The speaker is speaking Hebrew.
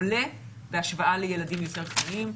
עולה בהשוואה לילדים יותר קטנים.